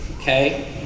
okay